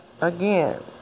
again